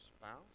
spouse